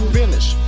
finish